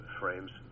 frames